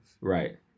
Right